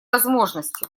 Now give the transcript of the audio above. возможности